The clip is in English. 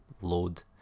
load